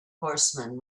horseman